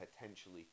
potentially